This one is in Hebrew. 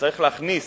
צריך להכניס,